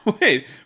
Wait